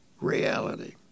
reality